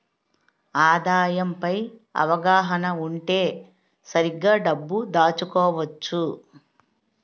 ఆదాయం పై అవగాహన ఉంటే సరిగ్గా డబ్బు దాచుకోవచ్చు